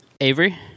Avery